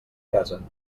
casen